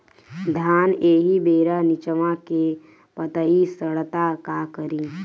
धान एही बेरा निचवा के पतयी सड़ता का करी?